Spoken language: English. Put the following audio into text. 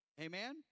Amen